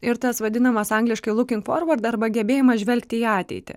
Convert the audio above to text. ir tas vadinamas angliškai luking forvard arba gebėjimas žvelgti į ateitį